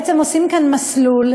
עושים פה מסלול,